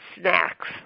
snacks